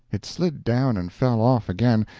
it slid down and fell off again,